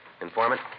Informant